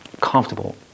comfortable